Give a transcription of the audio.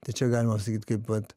tai čia galima sakyt kaip vat